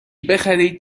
بخرید